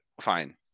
fine